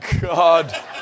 God